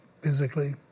physically